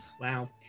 Wow